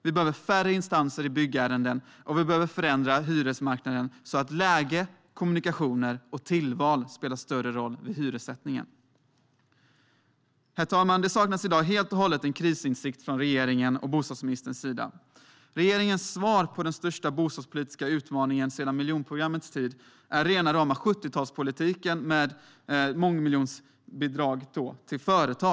Vi behöver färre instanser i byggärenden, och vi behöver förändra hyresmarknaden så att läge, kommunikationer och tillval spelar större roll vid hyressättningen. Herr talman! Det saknas i dag helt och hållet en krisinsikt från regeringens och bostadsministerns sida. Regeringens svar på den största bostadspolitiska utmaningen sedan miljonprogrammets tid är rena rama 70-talspolitiken med mångmiljonbidrag till företag.